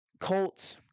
Colts